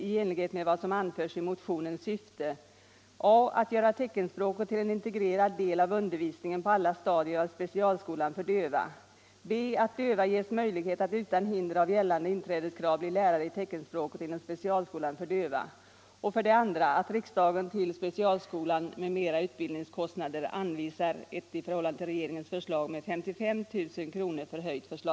I motionen hemställs b. att döva ges möjlighet att utan hinder av gällande inträdeskrav bli lärare i teckenspråket inom specialskolan för döva,